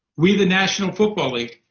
we, the national football league,